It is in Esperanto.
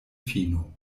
fino